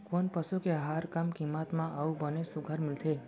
कोन पसु के आहार कम किम्मत म अऊ बने सुघ्घर मिलथे?